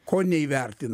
ko neįvertinai